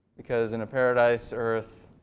because in a paradise earth,